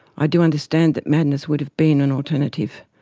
i do understand that madness would have been an alternative,